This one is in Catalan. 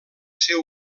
ser